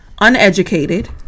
uneducated